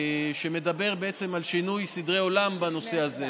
שמדבר בעצם על שינוי סדרי עולם בנושא הזה,